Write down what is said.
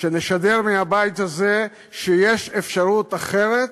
נשדר מהבית הזה שיש אפשרות אחרת,